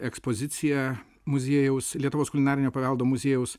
ekspoziciją muziejaus lietuvos kulinarinio paveldo muziejaus